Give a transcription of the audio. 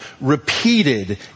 repeated